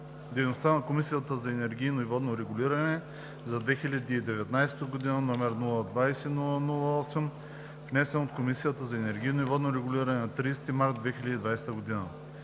дейността на Комисията за енергийно и водно регулиране за 2019 г., № 020-00-8, внесен от Комисията за енергийно и водно регулиране на 30 март 2020 г.